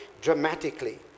dramatically